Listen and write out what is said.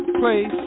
place